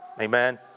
Amen